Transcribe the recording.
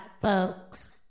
folks